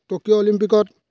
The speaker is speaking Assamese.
টকিঅ' অলিম্পিকত